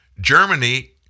Germany